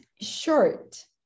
short